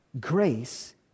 Grace